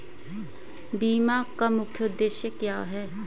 बीमा का मुख्य उद्देश्य क्या है?